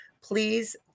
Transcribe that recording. please